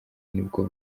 nibwo